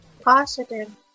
positive